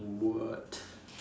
what